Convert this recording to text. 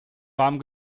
warm